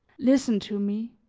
listen to me,